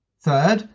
Third